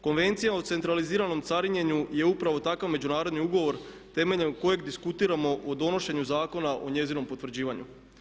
Konvencija o centraliziranom carinjenju je upravo takav međunarodni ugovor temeljem kojeg diskutiramo o donošenju zakona o njezinom potvrđivanju.